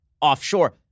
offshore